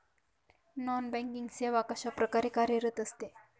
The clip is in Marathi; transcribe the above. नॉन बँकिंग सेवा कशाप्रकारे कार्यरत असते?